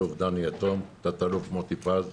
האלוף דני יתום, תת אלוף מוטי פז,